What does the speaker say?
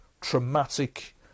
traumatic